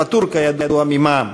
הפטור כידוע ממע"מ,